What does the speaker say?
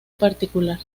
particular